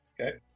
okay